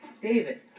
David